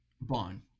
Bond